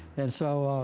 and so